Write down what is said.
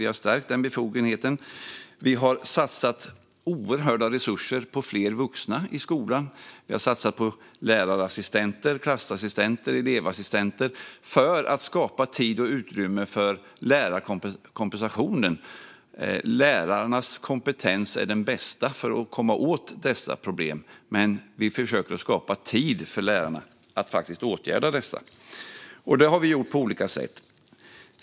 Vi har stärkt den befogenheten. Vi har satsat oerhörda resurser på fler vuxna i skolan. Vi har satsat på lärarassistenter, klassassistenter och elevassistenter. Lärarnas kompetens är det bästa för att komma åt dessa problem, och vi har försökt att på olika sätt skapa tid och utrymme för lärarna att faktiskt åtgärda problemen.